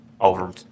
over